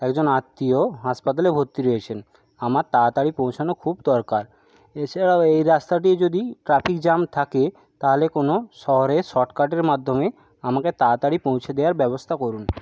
একজন আত্মীয় হাসপাতালে ভর্তি রয়েছেন আমার তাড়াতাড়ি পৌঁছানো খুব দরকার এছাড়াও এই রাস্তাটি যদি ট্র্যাফিক জাম থাকে তাহলে কোনো শহরে শর্টকাটের মাধ্যমে আমাকে তাড়াতাড়ি পৌঁছে দেওয়ার ব্যবস্থা করুন